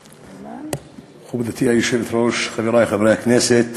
מכובדתי היושבת-ראש, חברי חברי הכנסת,